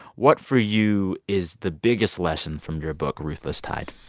what, for you, is the biggest lesson from your book ruthless tide?